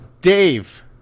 Dave